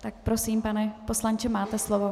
Tak prosím, pane poslanče, máte slovo.